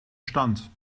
stand